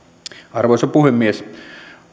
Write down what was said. arvoisa puhemies